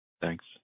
Thanks